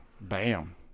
Bam